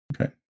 Okay